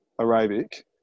arabic